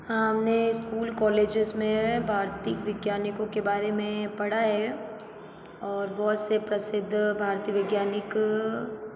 हाँ हमने school colleges में भारतीय वैज्ञानिकों के बारे में पढ़ा है और बहुत से प्रसिद्ध भारतीय वैज्ञानिक